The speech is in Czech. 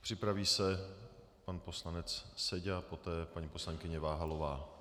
Připraví se pan poslanec Seďa, poté paní poslankyně Váhalová.